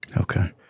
Okay